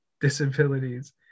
disabilities